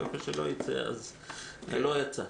ואיפה שלא ייצא אז לא יצא.